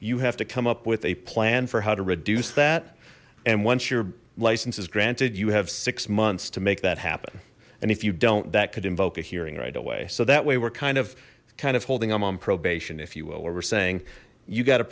you have to come up with a plan for how to reduce that and once your license is granted you have six months to make that happen and if you don't that could invoke a hearing right away so that way we're kind of kind of holding i'm on probation if you will where we're saying you gotta